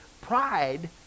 pride